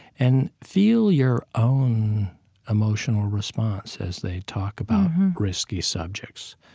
and feel your own emotional response as they talk about risky subjects